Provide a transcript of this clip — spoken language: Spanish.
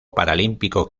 paralímpico